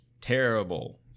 terrible